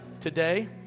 today